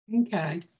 Okay